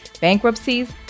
bankruptcies